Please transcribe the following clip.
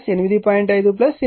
5 centimetre 0